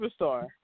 superstar